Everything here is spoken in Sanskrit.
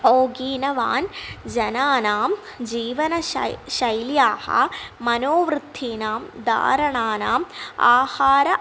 गीतवान् जनानां जीवनशैल्याः मनोवृत्तीनां धारणानाम् आहार